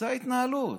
זו ההתנהלות.